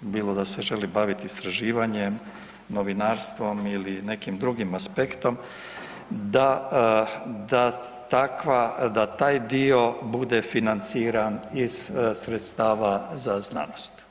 bilo da se želi baviti istraživanjem, novinarstvom ili nekim drugim aspektom, da takva, da taj dio bude financiran iz sredstava za znanost.